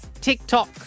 TikTok